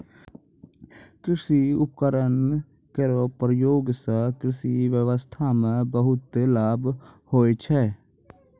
कृषि उपकरण केरो प्रयोग सें कृषि ब्यबस्था म बहुत लाभ होय छै